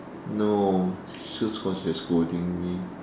no shoot cause you're scolding me